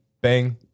bang